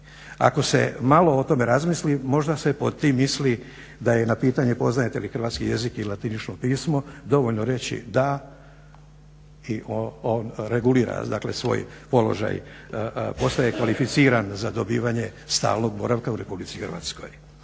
Ako se malo o tome razmisli možda se pod tim mislim da je na pitanje poznajete li hrvatski jezik i latinično pismo dovoljno reći da i regulira svoj položaj, postaje kvalificiran za dobivanje stalnog boravka u RH? Mene osobno